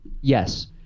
Yes